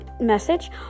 message